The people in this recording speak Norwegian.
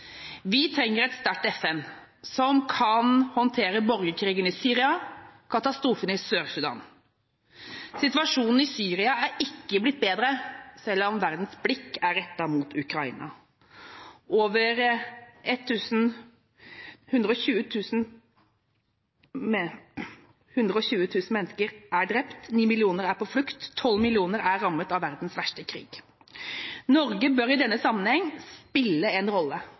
Vi trenger et sterkt FN som kan håndtere borgerkrigen i Syria og katastrofen i Sør-Sudan. Situasjonen i Syria er ikke blitt bedre, selv om verdens blikk nå er rettet mot Ukraina. Over 120 000 mennesker er drept. 9 millioner er på flukt. 12 millioner er rammet av verdens verste krig. Norge bør i denne sammenheng spille en rolle,